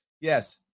Yes